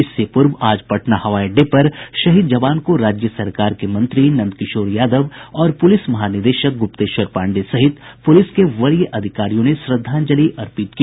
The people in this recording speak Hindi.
इससे पूर्व आज पटना हवाई अड्डे पर शहीद जवान को राज्य सरकार के मंत्री नंद किशोर यादव और पुलिस महानिदेशक गुप्तेश्वर पांडेय सहित पुलिस के वरीय अधिकारियों ने श्रद्धांजलि अर्पित की